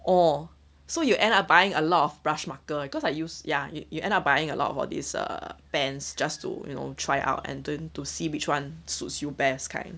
orh so you end up buying a lot of brush marker cause I use ya you you end up buying a lot of all this err pens just to you know try out and then to see which one suits you best kind